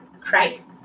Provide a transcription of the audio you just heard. Christ